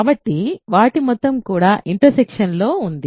కాబట్టి వాటి కూడిక మొత్తం కూడా ఇంటర్సెక్షన్ లో ఉంది